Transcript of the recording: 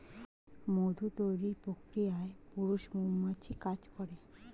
মধু তৈরির প্রক্রিয়ায় পুরুষ মৌমাছি কাজ করে